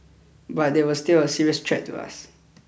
but they were still a serious threat to us